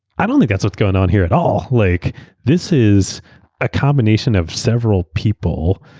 i don't think that's what's going on here at all. like this is a combination of several people.